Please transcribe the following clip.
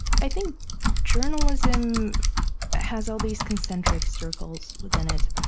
i think journalism has all these concentric circles within it.